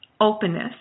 openness